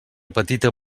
petita